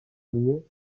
lieu